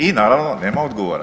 I naravno nema odgovora.